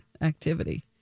activity